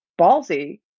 ballsy